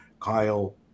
Kyle